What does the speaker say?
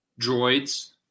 droids